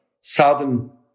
Southern